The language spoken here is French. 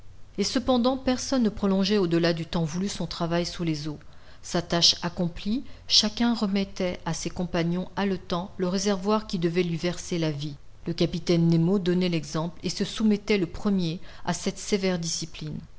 et cependant personne ne prolongeait au-delà du temps voulu son travail sous les eaux sa tâche accomplie chacun remettait à ses compagnons haletants le réservoir qui devait lui verser la vie le capitaine nemo donnait l'exemple et se soumettait le premier à cette sévère discipline